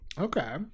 okay